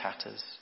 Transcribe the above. tatters